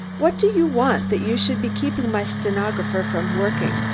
what do you want that you should be keeping my stenographer from working?